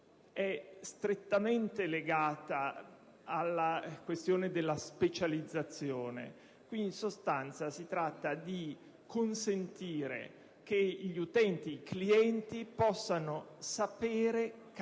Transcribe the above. legali è strettamente legata alla questione della specializzazione. In sostanza, si tratta di consentire che gli utenti ed i clienti possano sapere, capire